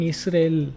Israel